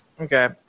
Okay